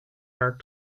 are